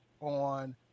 on